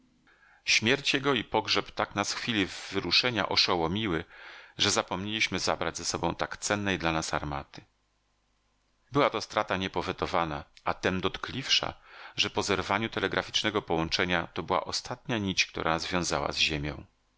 śmierć jego i pogrzeb tak nas w chwili wyruszenia oszołomiły że zapomnieliśmy zabrać ze sobą tak cennej dla nas armaty była to strata niepowetowana a tem dotkliwsza że po zerwaniu telegraficznego połączenia to była ostatnia nić która nas wiązała z ziemią